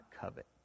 covet